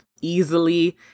easily